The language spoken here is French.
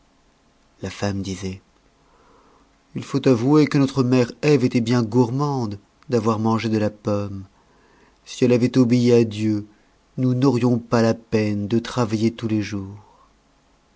la femme disait il faut avouer que notre mère ève était bien gourmande d'avoir mangé de la pomme si elle avait obéi à dieu nous n'aurions pas la peine de travailler tous les jours